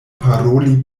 paroli